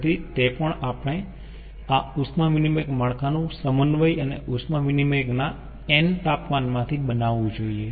તેથી તે પણ આપણે આ ઉષ્મા વિનીમયક માળખાનું સમન્વય અને ઉષ્મા વિનીમયક ના n તાપમાનમાંથી બનાવવું જોઈએ